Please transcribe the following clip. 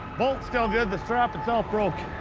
bolt's still good. the strap itself broke.